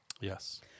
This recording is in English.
Yes